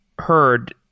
heard